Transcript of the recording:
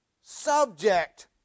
subject